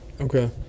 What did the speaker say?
Okay